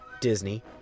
Disney